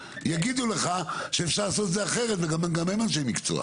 יגידו לך שאפשר לעשות את זה אחרת וגם הם אנשי מקצוע.